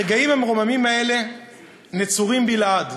הרגעים המרוממים האלה נצורים בי לעד,